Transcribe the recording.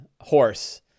horse